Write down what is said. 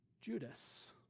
Judas